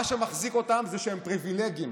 מה שמחזיק אותם זה שהם פריבילגים,